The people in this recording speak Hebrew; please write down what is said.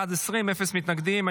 בעד, 20, אפס מתנגדים.